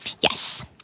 Yes